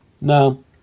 No